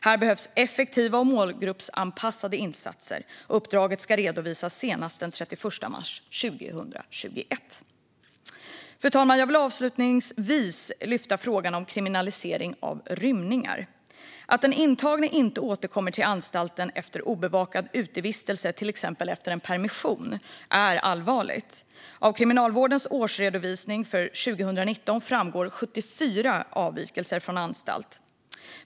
Här behövs effektiva och målgruppsanpassade insatser. Uppdraget ska redovisas senast den 31 mars 2021. Fru talman! Jag vill avslutningsvis lyfta upp frågan om kriminalisering av rymningar. Att den intagne inte återkommer till anstalten efter en obevakad utevistelse, till exempel efter en permission, är allvarligt. Av Kriminalvårdens årsredovisning för 2019 framgår att 74 avvikelser från anstalt skedde under detta år.